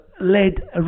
led